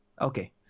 Okay